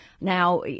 now